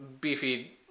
beefy